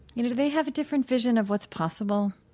you know, do they have a different vision of what's possible?